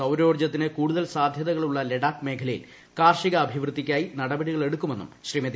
സൌരോർജ്ജത്തിന് കൂടുതൽ സാധ്യതകളുള്ള ലഡാക്ക് മേഖലയിൽ കാർഷികാഭിവൃദ്ധിക്കായി നടപടികളെടുക്കുമെന്നും ശ്രീമതി